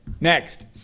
Next